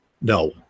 No